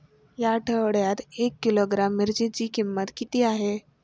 या आठवड्यात एक किलोग्रॅम मिरचीची किंमत किती आहे?